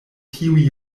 tiuj